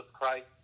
Christ